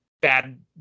bad